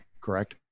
Correct